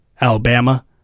Alabama